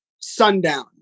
sundown